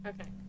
Okay